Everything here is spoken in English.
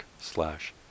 slash